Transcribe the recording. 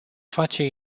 face